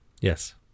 Yes